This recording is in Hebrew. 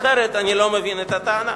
אחרת אני לא מבין את הטענה.